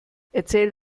erzähl